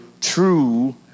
true